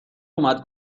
اومد